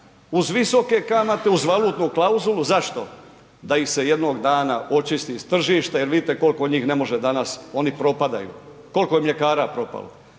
Uz visoke kamate, uz valutnu klauzulu, zašto? Da ih se jednog dana očisti s tržišta jer vidite koliko njih ne može danas, oni propadaju. Koliko je mljekara propalo.